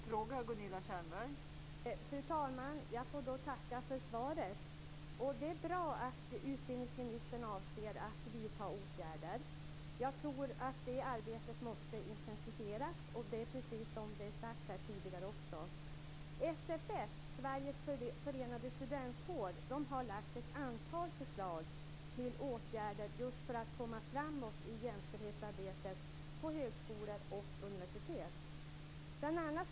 Fru talman! Jag får tacka för svaret. Det är bra att utbildningsministern avser att vidta åtgärder. Jag tror att det arbetet måste intensifieras. Det är precis det som har sagts tidigare också. SFS, Sveriges Förenade Studentkårer, har lagt ett antal förslag till åtgärder just för att komma framåt i jämställdhetsarbetet på högskolor och universitet.